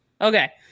Okay